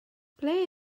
ble